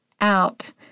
out